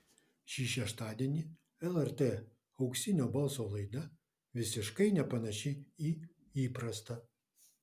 šį šeštadienį lrt auksinio balso laida visiškai nepanaši į įprastą